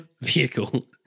vehicle